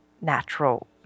natural